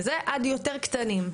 ועד יותר קטנים,